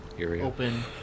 open